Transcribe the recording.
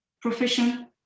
profession